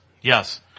Yes